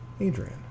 Adrian